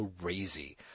crazy